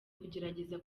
kugerageza